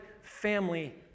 family